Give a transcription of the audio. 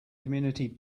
community